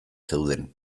zeuden